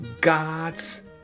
God's